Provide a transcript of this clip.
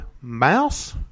mouse